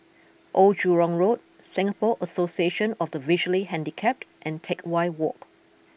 Old Jurong Road Singapore Association of the Visually Handicapped and Teck Whye Walk